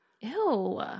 Ew